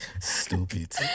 Stupid